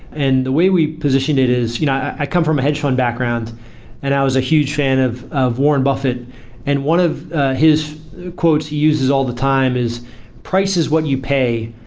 and the way we positioned it is you know i come from a hedge fund background and i was a huge fan of of warren buffett and one of his quotes he uses all the time is price is what you pay,